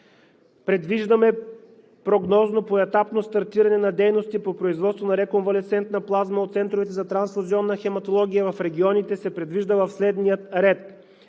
Предвиждаме прогнозно поетапно стартиране на дейности по производство на реконвалесцентна плазма от центровете за трансфузионна хематология. В регионите се предвижда в следния ред: